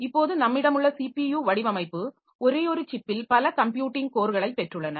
இப்போது நம்மிடம் உள்ள ஸிபியு வடிவமைப்பு ஒரேயாெரு சிப்பில் பல கம்ப்யூட்டிங் கோர்களைப் பெற்றுள்ளன